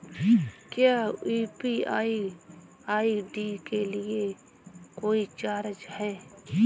क्या UPI ID के लिए कोई चार्ज है?